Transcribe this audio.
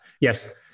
Yes